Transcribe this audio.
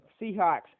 Seahawks